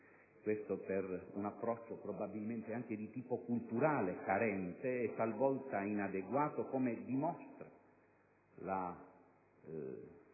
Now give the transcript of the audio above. avviene per un approccio, probabilmente anche di tipo culturale, carente e talvolta inadeguato, come dimostra la